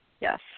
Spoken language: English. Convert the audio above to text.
Yes